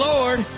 Lord